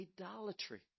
idolatry